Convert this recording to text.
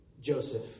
Joseph